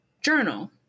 journal